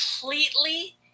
completely